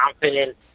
confident